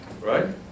right